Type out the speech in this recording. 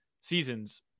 seasons